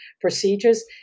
procedures